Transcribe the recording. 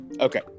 Okay